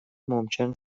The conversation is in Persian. ممکن